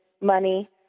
money